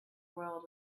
world